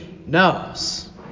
Knows